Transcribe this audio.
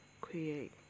create